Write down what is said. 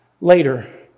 later